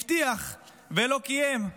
הבטיח ולא קיים.